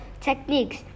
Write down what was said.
techniques